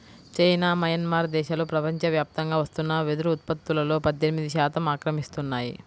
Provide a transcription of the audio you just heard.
China, Myanmar దేశాలు ప్రపంచవ్యాప్తంగా వస్తున్న వెదురు ఉత్పత్తులో పద్దెనిమిది శాతం ఆక్రమిస్తున్నాయి